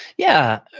yeah.